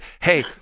hey